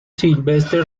silvestre